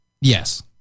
Yes